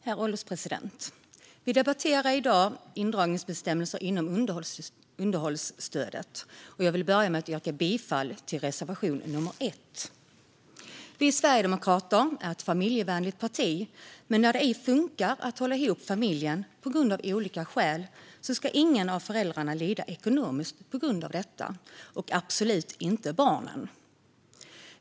Herr ålderspresident! Vi debatterar i dag indragningsbestämmelse inom underhållsstödet. Jag vill börja med att yrka bifall till reservation nummer 1. Vi sverigedemokrater är ett familjevänligt parti. Men när det ej funkar att hålla ihop familjen av olika skäl ska ingen av föräldrarna lida ekonomiskt på grund av detta och absolut inte barnen.